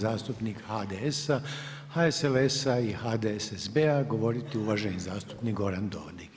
zastupnika HDS-a, HSLS-a i HDSSB-a govoriti uvaženi zastupnik Goran Dodig.